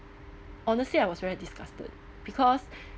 honestly I was very disgusted because